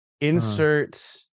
Insert